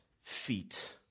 feet